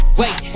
wait